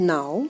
Now